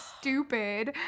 stupid